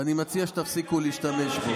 ואני מציע שתפסיקו להשתמש בה.